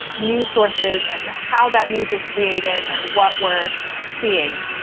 news sources and how that news is created and what we're seeing.